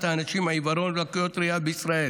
האנשים עם עיוורון ולקויות ראייה בישראל.